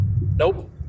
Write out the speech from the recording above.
Nope